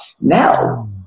Now